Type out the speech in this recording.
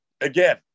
Again